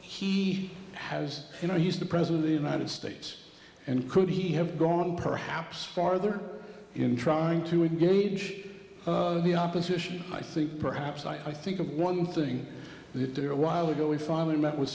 he has you know used to present the united states and could he have gone perhaps farther in trying to engage the opposition i think perhaps i think of one thing that there a while ago we finally met with